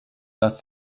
dass